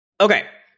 Okay